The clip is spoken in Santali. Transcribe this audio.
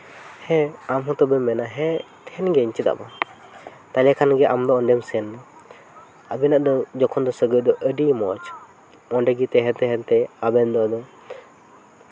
ᱦᱮᱸ ᱟᱢᱦᱚᱸ ᱛᱚᱵᱮᱢ ᱢᱮᱱᱟ ᱦᱮᱸ ᱛᱟᱦᱮᱱ ᱜᱤᱭᱟᱹᱧ ᱪᱮᱫᱟᱜ ᱵᱟᱝ ᱮᱸᱰᱮ ᱠᱷᱟᱱ ᱫᱚ ᱟᱢ ᱫᱚ ᱚᱸᱰᱮᱢ ᱥᱮᱱ ᱟᱹᱵᱤᱱᱟᱜ ᱫᱚ ᱩᱱ ᱡᱚᱠᱷᱚᱱ ᱫᱚ ᱥᱟᱹᱜᱟᱹᱭ ᱫᱚ ᱟᱹᱰᱤ ᱢᱚᱡᱽ ᱚᱸᱰᱮᱜᱮ ᱛᱟᱦᱮᱸ ᱛᱟᱦᱮᱸ ᱛᱮ ᱟᱵᱮᱱ ᱫᱚ